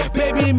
baby